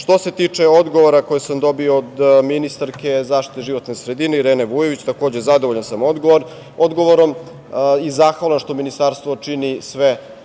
se tiče odgovora koji sam dobio od ministarke zaštite životne sredine Irene Vujević, takođe, zadovoljan sam odgovorom i zahvalan što ministarstvo čini sve